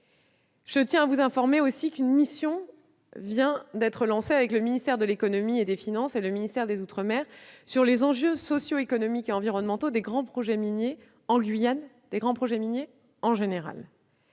je tiens à vous informer qu'une mission vient d'être lancée, avec le ministère de l'économie et des finances et le ministère des outre-mer, sur les enjeux socio-économiques et environnementaux des grands projets miniers en Guyane, en général.